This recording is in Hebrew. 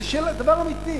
זה דבר אמיתי.